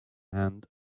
hand